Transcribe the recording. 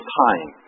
time